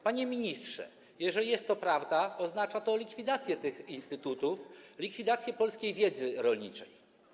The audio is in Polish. Panie ministrze, jeżeli to jest prawda, oznacza to likwidację tych instytutów, likwidację polskiej wiedzy rolniczej.